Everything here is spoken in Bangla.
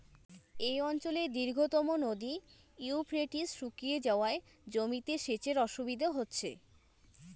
এই অঞ্চলের দীর্ঘতম নদী ইউফ্রেটিস শুকিয়ে যাওয়ায় জমিতে সেচের অসুবিধে হচ্ছে